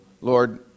Lord